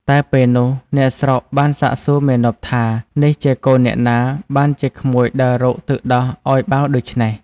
តែពេលនោះ អ្នកស្រុកបានសាកសួរមាណពថានេះជាកូនអ្នកណាបានជាក្មួយដើររកទឹកដោះឲ្យបៅដូច្នេះ?